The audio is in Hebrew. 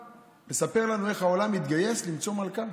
מסופר לנו איך העולם מתגייס למצוא מלכה.